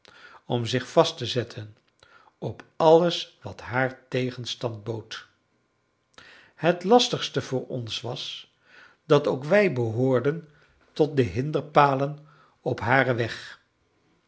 om zich vast te zetten op alles wat haar tegenstand bood het lastigste voor ons was dat ook wij behoorden tot de hinderpalen op haren weg